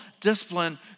discipline